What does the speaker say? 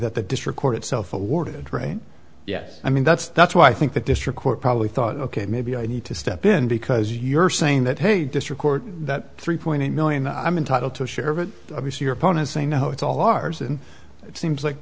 that the district court itself awarded right yes i mean that's that's why i think that district court probably thought ok maybe i need to step in because you're saying that hey this record that three point eight million i'm entitle to share but obviously your opponents say no it's all ours and it seems like